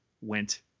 went